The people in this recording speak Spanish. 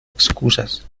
excusas